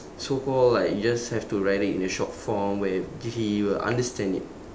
so called like you just have to write it in a short form where he will understand it